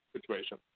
situation